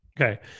Okay